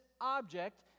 object